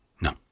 No